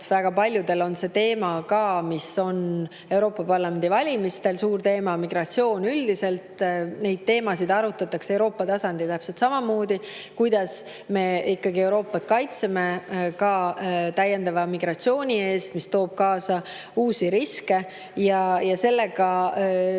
Väga paljudel on see ka Euroopa Parlamendi valimistel suur teema – migratsioon üldiselt. Neid teemasid arutatakse Euroopa tasandil täpselt samamoodi: kuidas me ikkagi kaitseme Euroopat täiendava migratsiooni eest, mis toob kaasa uusi riske? Sellega tegeletakse.